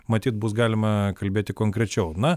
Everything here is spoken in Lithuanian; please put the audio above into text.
matyt bus galima kalbėti konkrečiau na